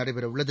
நடைபெறவுள்ளது